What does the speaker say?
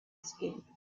skin